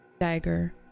dagger